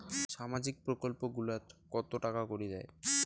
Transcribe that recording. সামাজিক প্রকল্প গুলাট কত টাকা করি দেয়?